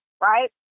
Right